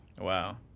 Wow